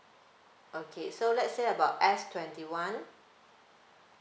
okay so let's say about S twenty one